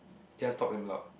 just talk damn loud